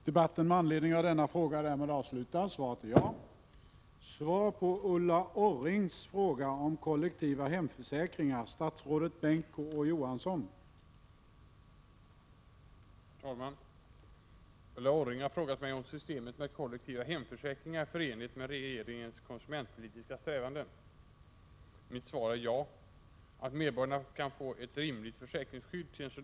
Herr talman! Ulla Orring har frågat mig om systemet med kollektiva hemförsäkringar är förenligt med regeringens konsumentpolitiska strävanden. Mitt svar är ja. Att medborgarna kan få ett rimligt försäkringsskydd till en Prot.